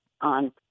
on